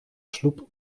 sloep